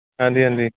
ਹਾਂਜੀ ਹਾਂਜੀ